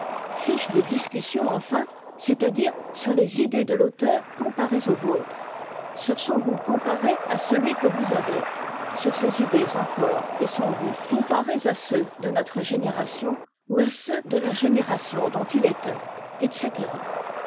fiches de discussion enfin c'est-à-dire sur les idées de l'auteur comparées aux vôtres sur son goût comparé à celui que vous avez sur ses idées encore et son goût comparés à ceux de notre génération ou à ceux de la génération dont il était etc